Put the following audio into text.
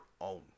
own